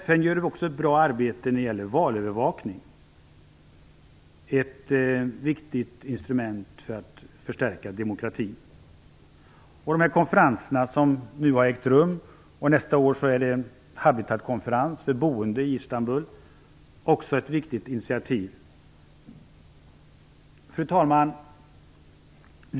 FN gör också ett bra arbete när det gäller valövervakning - ett viktigt instrument för att förstärka demokratin. Konferenser har ägt rum. Nästa år är det Habitatkonferens i Istanbul om boende. Det är också ett viktigt initiativ. Fru talman!